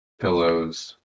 pillows